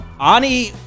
Ani